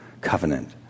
covenant